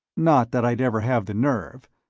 not that i'd ever have the nerve.